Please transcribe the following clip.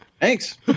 Thanks